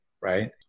right